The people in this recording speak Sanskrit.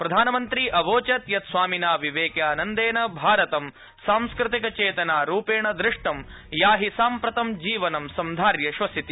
प्रधानमन्त्री अवोचत् यत् स्वामिना विवेकानन्देन भारतं सांस्कृतिक चेतना रुपेण दृष्टम् या हि साम्प्रतं जीवनं सन्धार्य श्वसिति